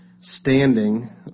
standing